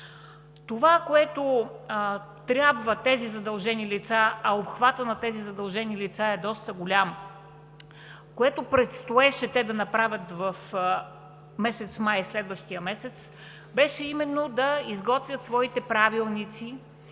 Това, което трябва тези задължени лица, а обхватът на тези задължени лица е доста голям, което предстоеше те да направят в следващия месец май, беше именно да изготвят своите правилници,